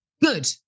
good